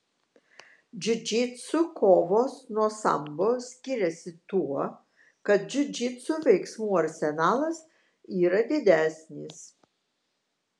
džiudžitsu kovos nuo sambo skiriasi tuo kad džiudžitsu veiksmų arsenalas yra didesnis